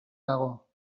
dago